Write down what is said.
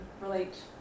relate